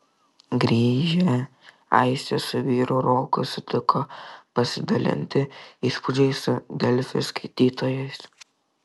grįžę aistė su vyru roku sutiko pasidalinti įspūdžiais su delfi skaitytojais